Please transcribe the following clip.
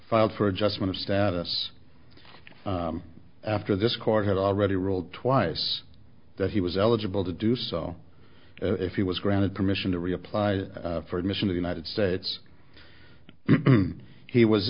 filed for adjustment of status after this court had already ruled twice that he was eligible to do so if he was granted permission to reapply for admission to united states he was